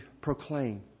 proclaim